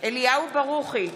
אליהו ברוכי,